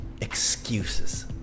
excuses